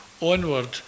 Onward